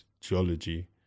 geology